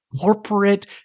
corporate